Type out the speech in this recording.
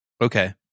Okay